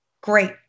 Great